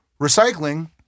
recycling